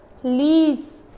please